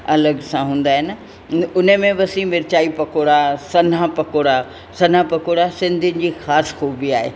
अलॻि सां हूंदा आहिनि उन में बि असीं मिर्चाई पकोड़ा सन्हा पकौड़ा सन्हा पकौड़ा सिंधियुनि जी ख़ासि ख़ूबी आहे